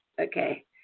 Okay